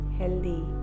healthy